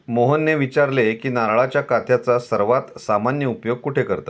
मोहनने विचारले की नारळाच्या काथ्याचा सर्वात सामान्य उपयोग कुठे करतात?